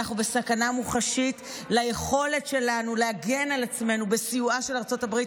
אנחנו בסכנה מוחשית ליכולת שלנו להגן על עצמנו בסיועה של ארצות הברית,